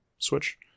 Switch